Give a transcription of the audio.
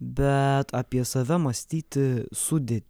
bet apie save mąstyti sudė